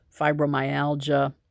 fibromyalgia